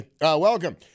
welcome